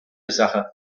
sache